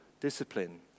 discipline